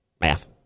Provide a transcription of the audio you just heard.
math